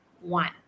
one